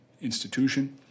institution